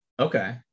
Okay